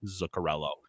Zuccarello